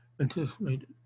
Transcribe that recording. Anticipated